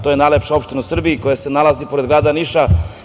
To je najlepša opština u Srbiji koja se nalazi pored grada Niša.